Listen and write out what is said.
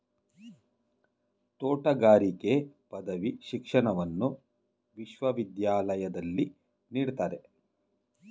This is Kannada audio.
ತೋಟಗಾರಿಕೆ ಪದವಿ ಶಿಕ್ಷಣವನ್ನು ವಿಶ್ವವಿದ್ಯಾಲಯದಲ್ಲಿ ನೀಡ್ತಾರೆ